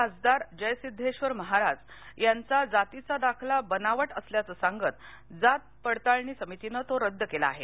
खासदार जयसिद्धेश्वर महाराज यांचा जातीचा दाखला बनावट असल्याचं सांगत जात पडताळणी समितीनं तो रद्द केला आहे